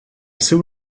seu